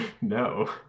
No